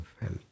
felt